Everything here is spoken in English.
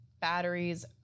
batteries